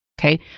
Okay